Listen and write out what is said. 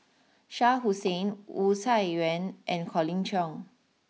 Shah Hussain Wu Tsai Yen and Colin Cheong